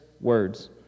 words